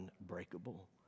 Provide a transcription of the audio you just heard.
unbreakable